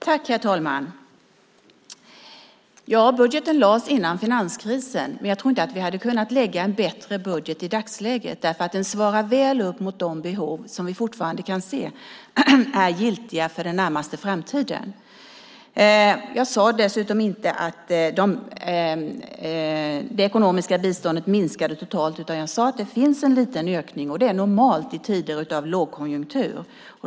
Herr talman! Budgeten lades fram före finanskrisen. Men jag tror inte att vi hade kunnat lägga fram en bättre budget i dagsläget. Den svarar väl upp mot de behov vi fortfarande kan se är giltiga för den närmaste framtiden. Jag sade dessutom inte att det ekonomiska biståndet minskade totalt. Jag sade att det finns en liten ökning, och det är normalt i tider av lågkonjunktur.